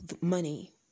money